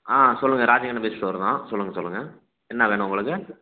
ஆ சொல்லுங்கள் ராஜ கணபதி ஸ்டோர் தான் சொல்லுங்கள் சொல்லுங்கள் என்ன வேணும் உங்களுக்கு